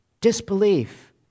Disbelief